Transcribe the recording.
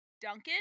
Duncan